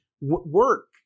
work